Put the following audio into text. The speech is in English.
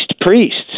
priests